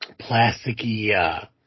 plasticky